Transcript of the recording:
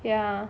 ya